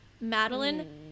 Madeline